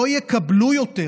לא יקבלו יותר,